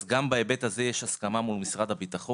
אז גם בהיבט הזה יש הסכמה מול משרד הביטחון,